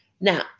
Now